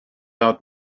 out